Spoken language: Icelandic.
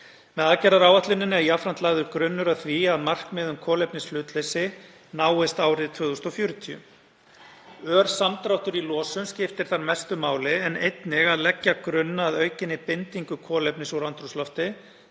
Með aðgerðaáætluninni er jafnframt lagður grunnur að því að markmið um kolefnishlutleysi náist árið 2040. Ör samdráttur í losun skiptir þar mestu máli en einnig að leggja grunn að aukinni bindingu kolefnis úr andrúmslofti